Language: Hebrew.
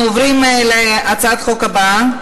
אנחנו עוברים להצעת החוק הבאה,